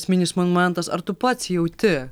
esminis momentas ar tu pats jauti